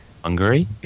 Hungary